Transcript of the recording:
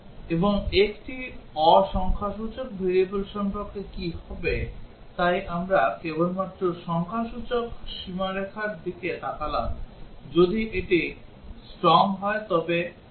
এবং একটি অ সংখ্যাসূচক variable সম্পর্কে কী হবে তাই আমরা কেবলমাত্র সংখ্যাসূচক সীমারেখার দিকে তাকালাম যদি এটি string হয় তবে কী হবে